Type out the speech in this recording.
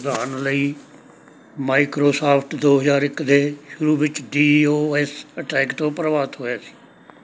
ਉਦਾਹਰਨ ਲਈ ਮਾਈਕ੍ਰੋਸਾਫਟ ਦੋ ਹਜ਼ਾਰ ਇੱਕ ਦੇ ਸ਼ੁਰੂ ਵਿੱਚ ਡੀ ਓ ਐੱਸ ਅਟੈਕ ਤੋਂ ਪ੍ਰਭਾਵਿਤ ਹੋਇਆ ਸੀ